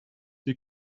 die